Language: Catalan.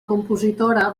compositora